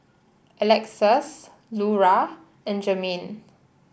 Alexus Lura and Jermaine